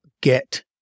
get